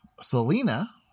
Selena –